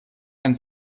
ein